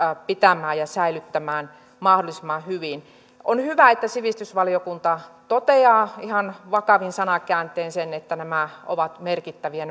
pitämään ja säilyttämään mahdollisimman hyvin on hyvä että sivistysvaliokunta toteaa ihan vakavin sanakääntein sen että nämä budjettileikkaukset ovat merkittäviä